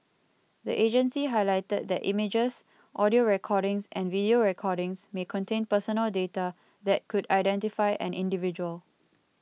the agency highlighted that images audio recordings and video recordings may contain personal data that could identify an individual